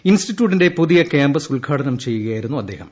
ഇൻസ്റ്റിറ്റ്യൂട്ടിന്റെ പുതിയ കാമ്പസ് ഉദ്ഘാടനം ചെയ്യുകയായിരുന്നു അദ്ദേഹം